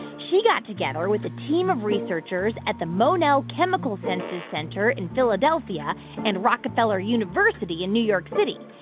she got together with a team of researchers at the monell chemical senses center in philadelphia and rockefeller university in new york city.